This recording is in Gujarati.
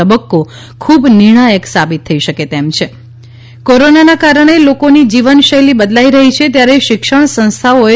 તબક્કો ખૂબ નિર્ણાયક સાબિત થઈ શકે તપ્ત છા કોરોનાના કારણાલોકોની જીવનશૈલી બદલાઇ રહી છાત્યારે શિક્ષણ સંસ્થાઓએ